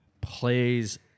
plays